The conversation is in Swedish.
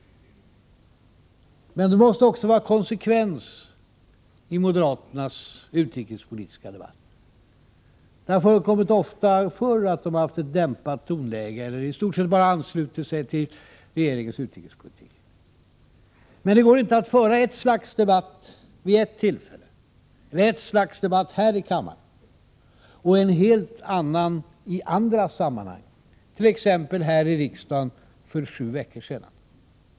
Men då måste det också vara konsekvens i moderaternas utrikespolitiska debatt. Det har förekommit ofta förr att de har haft ett dämpat tonläge, eller i stort sett bara anslutit sig till regeringens utrikespolitik. Men det går inte att föra ett slags debatt vid ett tillfälle, ett slags debatt här i kammaren och en helt annan i andra sammanhang — som t.ex. här i riksdagen för sju veckor sedan.